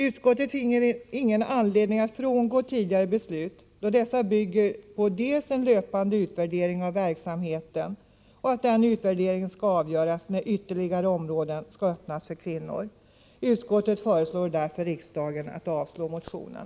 Utskottet finner ingen anledning att frångå tidigare beslut, då dessa bygger på att en löpande utvärdering av verksamheten görs och att den utvärderingen skall avgöra när ytterligare områden skall öppnas för kvinnor. Utskottet föreslår därför riksdagen att avslå motionen.